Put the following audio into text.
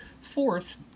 Fourth